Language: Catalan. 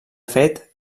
fet